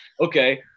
okay